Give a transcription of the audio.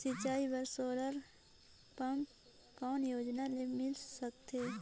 सिंचाई बर solar pump कौन योजना ले मिल सकथे?